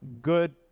good